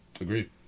Agreed